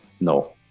No